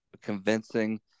convincing